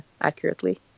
accurately